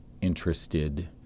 interested